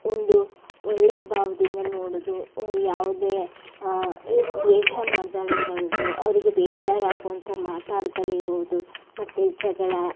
ಒಂದು ಒಳ್ಳೆಯ ಭಾವದಿಂದ ನೋಡೋದು ಯಾವುದೇ ದ್ವೇಷ ಮಾಡ್ದೇ ಇರೋದು ಅವರಿಗೆ ಬೇಜಾರಾಗುವಂಥ ಮಾತಾಡ್ದೇ ಇರುವುದು ಮತ್ತು ಜಗಳ